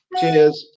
Cheers